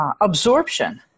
absorption